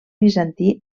bizantí